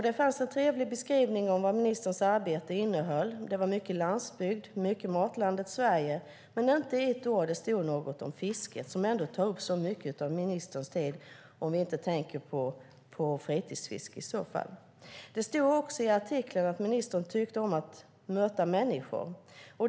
Där fanns en trevlig beskrivning av vad ministerns arbete innebär. Det var mycket om landsbygden och om matlandet Sverige, men det stod inte ett ord om fisket, som trots allt tar upp mycket av ministerns tid, bortsett från fritidsfisket. I artikeln stod också att ministern tycker om att möta människor.